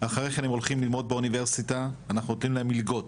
אחרי כן הם הולכים ללמוד באוניברסיטה ואנחנו נותנים להם מלגות